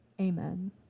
Amen